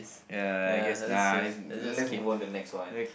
ya I guess nah let's let's move on to next one